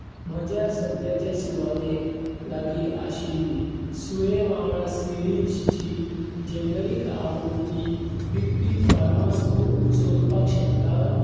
म्हज्या सद्याच्या सुवातेक लागीं आशिल्ली सुये वांगडा सिरिंजची जेनेरिक आवृत्ती विकपी फार्मास तूं सोदपाक शकता